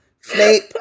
Snape